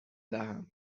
دهم